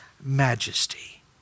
majesty